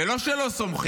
ולא רק שלא סומכים,